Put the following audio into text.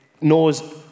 knows